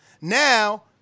Now